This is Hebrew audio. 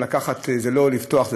זה לא לפתוח,